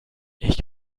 ich